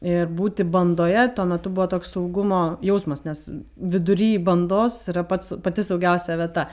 ir būti bandoje tuo metu buvo toks saugumo jausmas nes vidury bandos yra pats pati saugiausia vieta